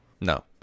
No